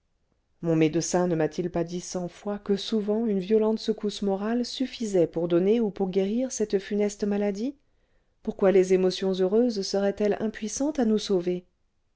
mon médecin ne m'a-t-il pas dit cent fois que souvent un violente secousse morale suffisait pour donner ou pour guérir cette funeste maladie pourquoi les émotions heureuses seraient-elles impuissantes à nous sauver